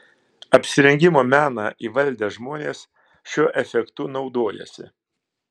apsirengimo meną įvaldę žmonės šiuo efektu naudojasi